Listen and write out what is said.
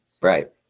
right